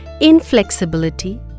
inflexibility